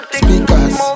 speakers